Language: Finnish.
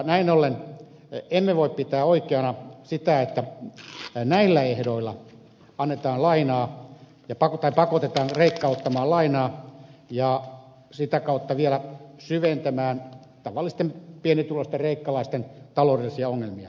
näin ollen emme voi pitää oikeana sitä että näillä ehdoilla on että lainaa ja pakotteet pakotetaan kreikka ottamaan lainaa ja sitä kautta vielä syventämään tavallisten pienituloisten kreikkalaisten taloudellisia ongelmia